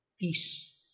Peace